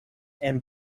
and